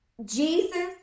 Jesus